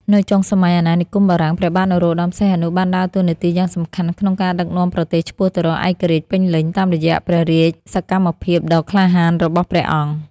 នៅចុងសម័យអាណានិគមបារាំង ព្រះបាទនរោត្ដម សីហនុ បានដើរតួនាទីយ៉ាងសំខាន់ក្នុងការដឹកនាំប្រទេសឆ្ពោះទៅរកឯករាជ្យពេញលេញ តាមរយៈព្រះរាជសកម្មភាពដ៏ក្លាហានរបស់ព្រះអង្គ។